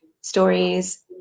stories